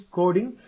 coding